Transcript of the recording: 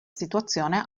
situazione